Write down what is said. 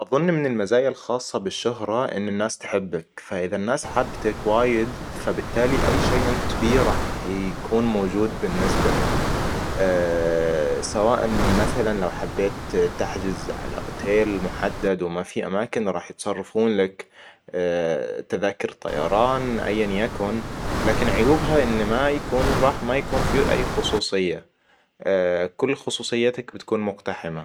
أظن من المزايا الخاصة بالشهرة ان الناس تحبك. فإذا الناس حابتك وايد فبالتالي أي شيء إنت تبيه راح يكون موجود بالنسبة لك سواءاً من مثلًا لو حبيت تحجز على اوتيل محدد وما في أماكن راح يتصرفون لك. تذاكر الطيران اياً يكن لكن عيوبها إن ما يكون راح ما يكون في أي خصوصية. كل خصوصيتك بتكون مقتحمة